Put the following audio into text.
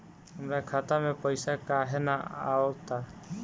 हमरा खाता में पइसा काहे ना आव ता?